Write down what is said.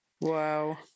Wow